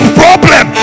problem